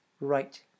right